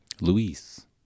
Luis